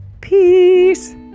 Peace